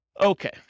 Okay